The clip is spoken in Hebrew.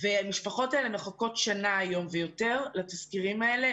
והמשפחות האלה מחכות היום שנה ויותר לתסקירים האלה,